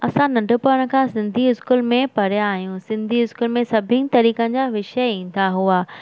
असां नंढपण खां सिंधी स्कूल में पढ़िया आहियूं सिंधी स्कूल में सभिनि तरीक़नि जा विषय ईंदा हुआ